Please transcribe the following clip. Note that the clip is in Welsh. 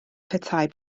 petai